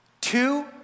Two